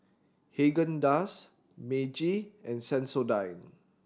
Haagen Dazs Meiji and Sensodyne